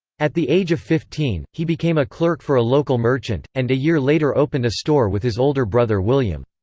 at the age of fifteen, he became a clerk for a local merchant, and a year later opened a store with his older brother william.